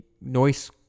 noise